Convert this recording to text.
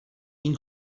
این